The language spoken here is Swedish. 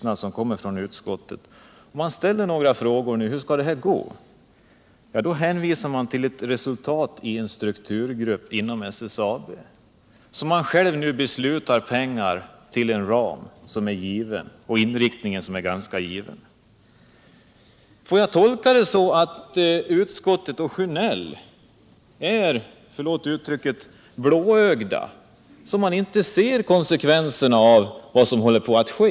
När vi ställer frågor om hur det skall gå hänvisar man till resultat inom en strukturgrupp hos SSAB. Men man har ju själv beslutat en ram och givit en inriktning. Får jag tolka det så att utskottet och Bengt Sjönell är — förlåt uttrycket — blåögda och inte ser konsekvenserna och vad som håller på att ske?